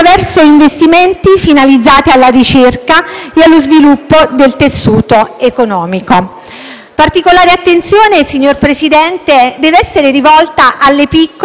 Particolare attenzione, signor Presidente, deve essere rivolta alle piccole e medie imprese, che sono e rappresentano il vero tessuto connettivo ed il volano